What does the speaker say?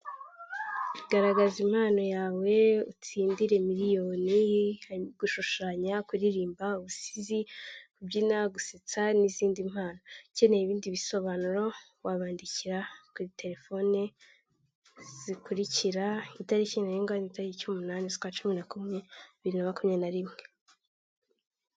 Garagaza impano yawe utsindire miliyoni. Harimo gushushanya, kuririmba ubusizi, kubyina, gusetsa n'izindi mpano. Ukeneye ibindi bisobanuro wabandikira kuri telefone zikurikira, itariki ntirengwa ni tariki umunani z'ukwa cumi na kumwe, biri na makumya na rimwe.